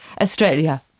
Australia